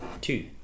Two